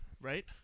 right